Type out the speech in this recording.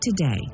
Today